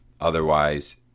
Otherwise